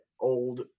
old